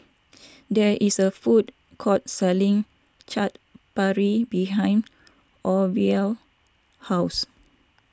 there is a food court selling Chaat Papri behind Orville's house